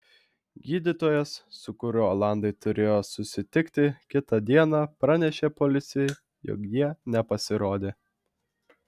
gydytojas su kuriuo olandai turėjo susitikti kitą dieną pranešė policijai jog jie nepasirodė